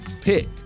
pick